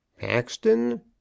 Paxton